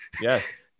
Yes